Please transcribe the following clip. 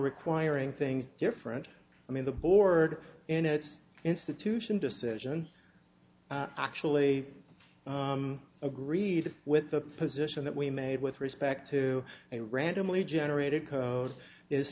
requiring things different i mean the board and its institution decision actually agreed with the position that we made with respect to a randomly generated code is